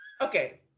Okay